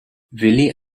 willi